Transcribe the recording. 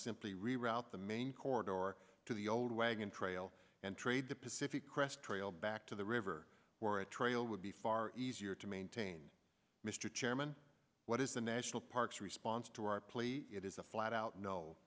simply reroute the main corridor or to the old wagon trail and trade the pacific crest trail back to the river where a trail would be far easier to maintain mr chairman what is the national parks response to our plea it is a flat out no